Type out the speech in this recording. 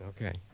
Okay